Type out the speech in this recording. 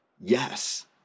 yes